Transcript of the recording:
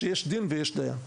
שיש דין ויש דיין.